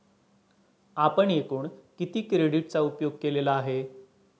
आपण एकूण किती क्रेडिटचा उपयोग केलेला आहे?